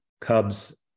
Cubs